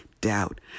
doubt